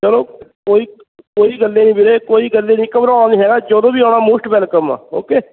ਚਲੋ ਕੋਈ ਕੋਈ ਗੱਲ ਏ ਨਹੀਂ ਵੀਰੇ ਕੋਈ ਗੱਲ ਨਹੀਂ ਘਬਰਾਉਣਾ ਨਹੀਂ ਹੈਗਾ ਜਦੋਂ ਵੀ ਆਉਣਾ ਮੋਸਟ ਵੈਲਕਮ ਆ ਓਕੇ